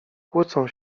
kłócą